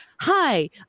hi